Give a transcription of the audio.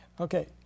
Okay